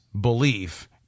belief